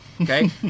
okay